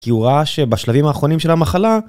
כי הוא ראה שבשלבים האחרונים של המחלה...